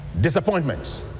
disappointments